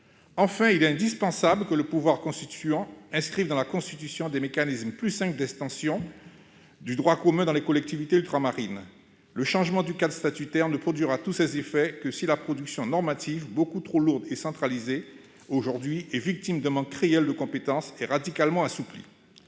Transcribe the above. Enfin, il est indispensable que le pouvoir constituant inscrive dans la Constitution des mécanismes plus simples d'extension du droit commun dans les collectivités ultramarines. Le changement du cadre statutaire ne produira tous ses effets que si la production normative, aujourd'hui beaucoup trop lourde et centralisée et victime d'un manque réel de compétences, est radicalement assouplie.